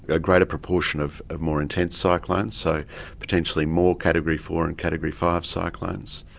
a greater proportion of more intense cyclones, so potentially more category four and category five cyclones.